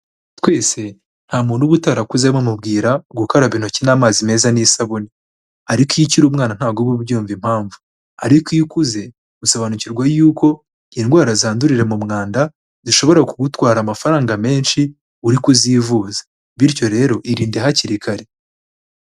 Twese nta muntu uba utarakuze bamubwira gukaraba intoki n'amazi meza n'isabune, ariko iyo ukiri umwana ntago uba ubyumva impamvu, ariko iyo ukuze usobanukirwa yuko indwara zandurira mu mwanda zishobora kugutwara amafaranga menshi uri kuzivuza. Bityo rero irinde hakiri kare.